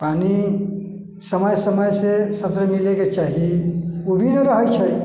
पानि समय समय से सबके मिले के चाही ओ भी नहि रहै छै